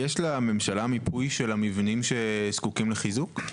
יש לממשלה מיפוי של המבנים שזקוקים לחיזוק?